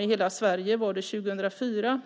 I hela Sverige var det 50 000 barn 2004.